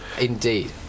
indeed